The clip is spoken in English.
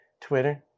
Twitter